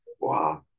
wow